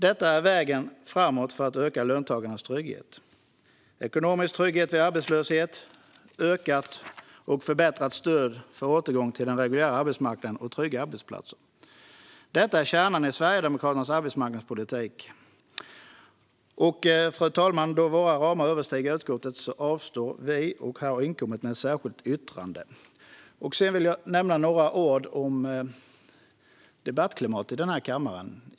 Detta är vägen framåt för att öka löntagarnas trygghet: ekonomisk trygghet vid arbetslöshet, ökat och förbättrat stöd för återgång till den reguljära arbetsmarknaden och trygga arbetsplatser. Det här är kärnan i Sverigedemokraternas arbetsmarknadspolitik. Då våra ramar överstiger utskottets avstår vi från att delta i beslutet, fru talman, och har inkommit med ett särskilt yttrande. Jag vill nämna några ord om debattklimatet i den här kammaren.